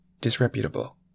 disreputable